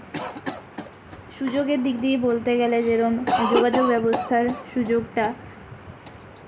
সুযোগের দিক দিয়ে বলতে গেলে যেরম যোগাযোগ ব্যবস্থার সুযোগটা